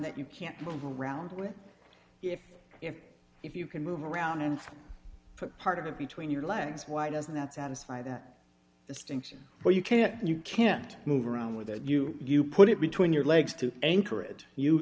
that you can't move around with if if if you can move around and put part of it between your legs why doesn't that satisfy that distinction but you can't you can't move around with it you you put it between your legs to anchor it you